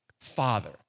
Father